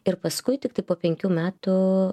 ir paskui tiktai po penkių metų